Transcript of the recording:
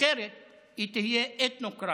אחרת היא תהיה אתנוקרטיה.